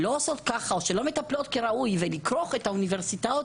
עושות ככה או לא מטפלות כראוי לכרוך את האוניברסיטאות